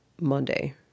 Monday